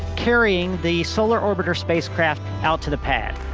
carrying the solar orbiter spacecraft out to the pad.